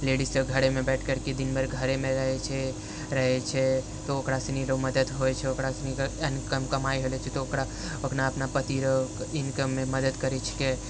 लेडीजसभ घरेमे बैठ करके दिनभर घरेमे रहै छै रहै छै तऽ ओकरासिनी र मदद होइ छै ओकरासिनी के इनकम कमाइ होइ छै तऽ ओकरा अपना अपना पति र इनकममे मदद करै छिके